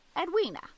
Edwina